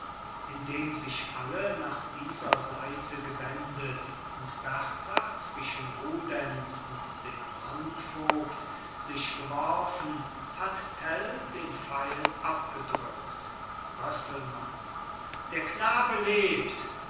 indem sich alle nach dieser seite gewendet und berta zwischen rudenz und den landvogt sich geworfen hat tell den pfeil abgedrückt rösselmann der knabe lebt